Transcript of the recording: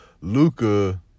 Luca